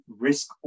risk